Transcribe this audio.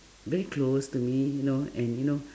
very close to me you know and you know